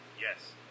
Yes